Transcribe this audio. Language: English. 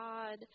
God